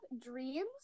dreams